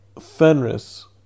Fenris